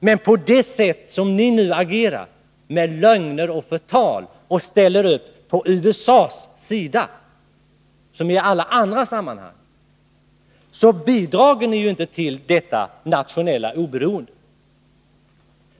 Men på det sätt som ni nu agerar, när ni kommer med lögner och förtal och ställer upp på USA:s sida, som i alla andra sammanhang, bidrar ni ju inte till detta nationella oberoende.